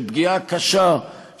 של פגיעה קשה,